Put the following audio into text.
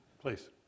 Please